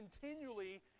continually